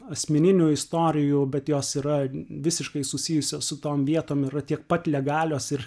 asmeninių istorijų bet jos yra visiškai susijusios su tom vietom yra tiek pat legalios ir